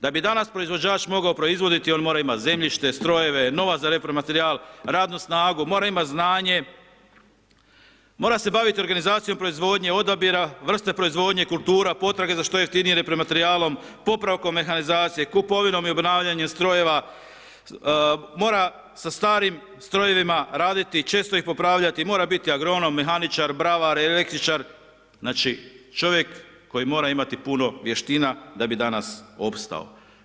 Da bi danas proizvođač mogao proizvoditi, on mora imati zemljište, strojeve, novac za repro materijal, radnu snagu, mora imati znanje, mora se baviti organizacijom proizvodnje odabira, vrste proizvodnje kultura, potraga za što jeftinijim repro materijalom, popravkom mehanizacije, kupovinom i obnavljanjem strojeva, mora sa starim strojevima raditi, često ih popravljati, mora biti agronom, mehaničar, bravar, električar, znači čovjek koji mora imati puno vještina da bi danas opstao.